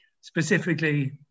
specifically